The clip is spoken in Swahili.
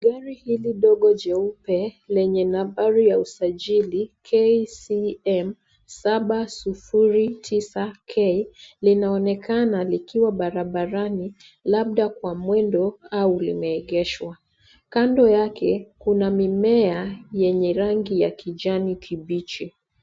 Gari hili dogo jeupe lenye nambari ya usajili KCM 709K linaonekana likiwa barabarani labda kwa mwendo au limeegeshwa. Kando yake kuna mimea yenye rangi ya kijani kibichi.